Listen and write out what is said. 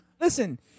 listen